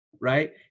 right